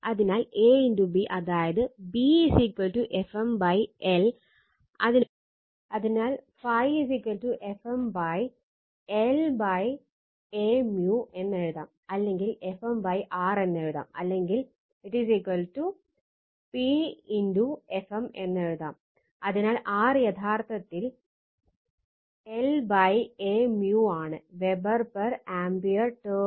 അതിനാൽ A B അതായത് B Fm l